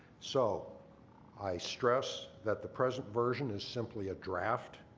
so i stress that the present version is simply a draft.